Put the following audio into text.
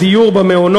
תודה רבה.